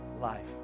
life